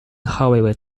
hollywood